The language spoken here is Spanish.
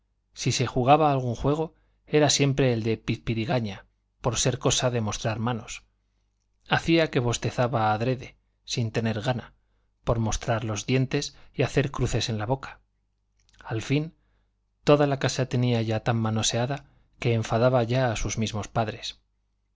si se jugaba a algún juego era siempre el de pizpirigaña por ser cosa de mostrar manos hacía que bostezaba adrede sin tener gana por mostrar los dientes y hacer cruces en la boca al fin toda la casa tenía ya tan manoseada que enfadaba ya a sus mismos padres